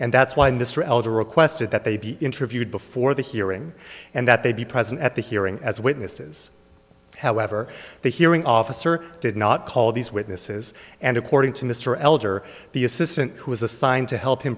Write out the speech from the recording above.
and that's why mr elder requested that they be interviewed before the hearing and that they be present at the hearing as witnesses however the hearing officer did not call these witnesses and according to mr elder the assistant who was assigned to help him